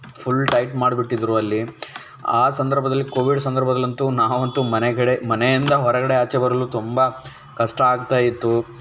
full tight ಮಾಡ್ಬಿಟ್ಟಿದ್ದರು ಅಲ್ಲಿ ಆ ಸಂದರ್ಭದಲ್ಲಿ ಕೋವಿಡ್ ಸಂದರ್ಭದಲ್ಲಂತೂ ನಾವಂತೂ ಮನೆ ಕಡೆ ಮನೆಯಿಂದ ಹೊರಗಡೆ ಆಚೆ ಬರಲು ತುಂಬ ಕಷ್ಟ ಆಗ್ತಾಯಿತ್ತು